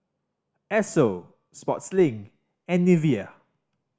Esso Sportslink and Nivea